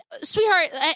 sweetheart